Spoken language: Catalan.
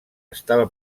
estava